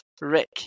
Rick